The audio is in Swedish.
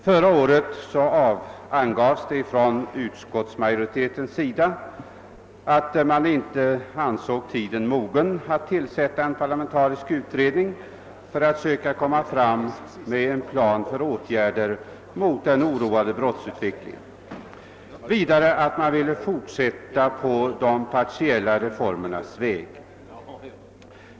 Förra året angav utskottsmajoriteten dels att man inte ansåg tiden mogen att tillsätta en parlamentarisk utredning för att söka skapa en plan för åtgärder mot den oroande brottsutvecklingen, dels att man ville fortsätta på de partiella reformernas väg.